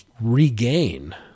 regain